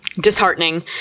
disheartening